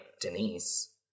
denise